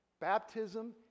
Baptism